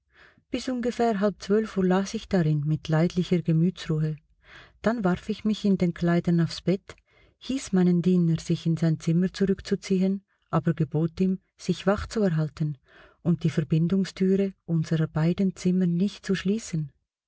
bis ungefähr halb zwölf uhr las ich darin mit leidlicher gemütsruhe dann warf ich mich in den kleidern aufs bett hieß meinen diener sich in sein zimmer zurückzuziehen aber gebot ihm sich wach zu erhalten und die verbindungstüre unserer beiden zimmer nicht zu schließen